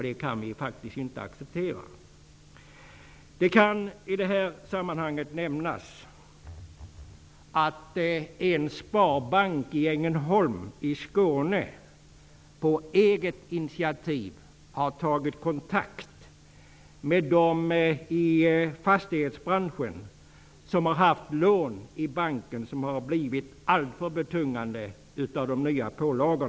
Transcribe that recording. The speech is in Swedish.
Det kan vi faktiskt inte acceptera. Det kan i detta sammanhang nämnas att en sparbank i Ängelholm i Skåne på eget initiativ har tagit kontakt med de i fastighetsbranschen som har haft lån i banken som efter de nya pålagorna blivit alltför betungande.